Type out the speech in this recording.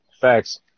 Facts